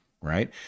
right